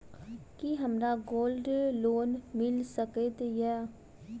की हमरा gold loan मिल सकैत ये?